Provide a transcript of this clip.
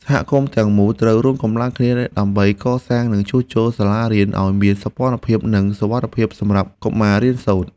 សហគមន៍ទាំងមូលត្រូវរួមកម្លាំងគ្នា ដើម្បីកសាងនិងជួសជុលសាលារៀនឱ្យមានសោភ័ណភាពនិងសុវត្ថិភាពសម្រាប់កុមាររៀនសូត្រ។